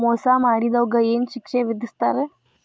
ಮೋಸಾ ಮಾಡಿದವ್ಗ ಏನ್ ಶಿಕ್ಷೆ ವಿಧಸ್ತಾರ?